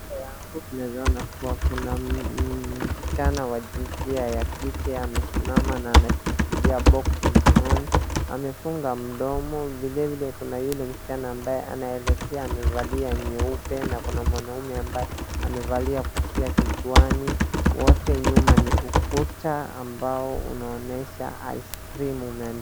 Mbele yangu tunaweza kuna msichana wa jinsia ya kike amesimama na anashikilia boksi mkononi, amefunga mdomo ,vilevile kuna yule msichana ambaye anaelekea amevalia nyeupe na kuna mwanaume ambaye amevalia kofia kichwani, wote nyuma ni ukuta ambao inaonyesha ice cream menu .